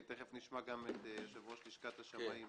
תכף נשמע גם מה דעתו של יושב-ראש לשכת השמאים